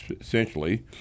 Essentially